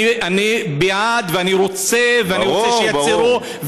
אני בעד ואני רוצה שיעצרו, ברור, ברור.